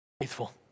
faithful